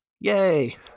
Yay